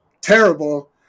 terrible